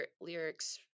lyrics